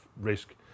risk